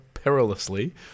Perilously